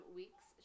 weeks